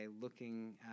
looking